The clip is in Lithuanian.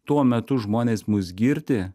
tuo metu žmonės mus girdi